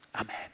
Amen